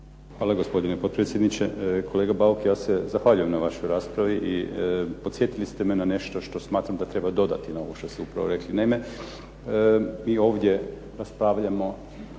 Hvala gospodine potpredsjedniče. Kolega Bauk, ja se zahvaljujem na vašoj raspravi i podsjetili ste me na nešto što smatram da treba dodati na ovo što ste upravo rekli. Naime, i ovdje raspravljamo